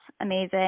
amazing